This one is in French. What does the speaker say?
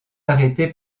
arrêtés